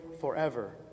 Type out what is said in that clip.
forever